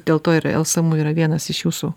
dėl to ir lsmu yra vienas iš jūsų